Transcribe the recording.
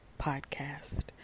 Podcast